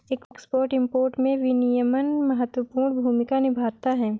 export import में विनियमन महत्वपूर्ण भूमिका निभाता है